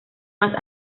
más